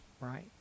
right